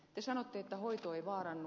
te sanotte että hoito ei vaarannu